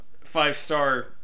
five-star